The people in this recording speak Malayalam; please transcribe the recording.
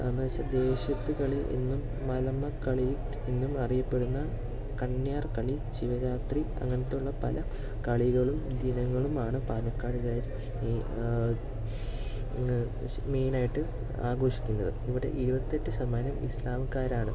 അതെന്താണ് വെച്ചാൽ ദേശത്ത് കളി എന്നും മലമ കളി എന്നും അറിയപെടുന്ന കണ്യാർ കളി ശിവരാത്രി അങ്ങനത്തെ ഉള്ള പല കളികളും ദിനങ്ങളുമാണ് പാലക്കാടുകാർ മെയിനായിട്ട് ആഘോഷിക്കുന്നത് ഇവിടെ ഇരുപത്തെട്ട് ശതമാനം ഇസ്ലാംകാരാണ്